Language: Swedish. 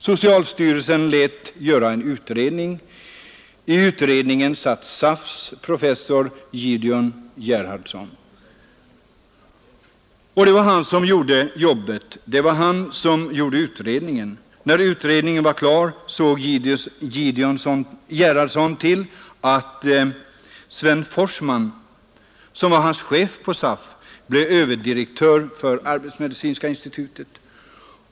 Socialstyrelsen lät göra en utredning. I utredningen satt SAF:s professor Gideon Gerhardsson. Och det var han som gjorde jobbet. Det var han som gjorde utredningen. När utredningen var klar såg Gerhardsson till att Sven Forssman som var hans chef på SAF blev överdirektör för Arbetsmedicinska Institutet.